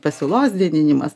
pasiūlos didinimas